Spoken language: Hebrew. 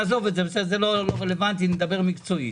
נעזוב את זה, זה לא רלוונטי, נדבר מקצועית.